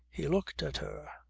he looked at her.